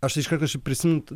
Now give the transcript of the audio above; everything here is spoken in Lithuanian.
aš iš karto prisiminti